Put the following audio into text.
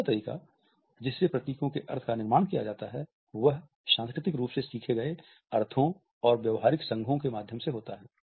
दूसरा तरीका जिससे प्रतीकों के अर्थ का निर्माण किया जाता है वह सांस्कृतिक रूप से सीखे गए अर्थों और व्यवहारिक संघों के माध्यम से होता है